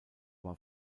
war